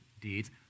deeds